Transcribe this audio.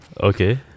Okay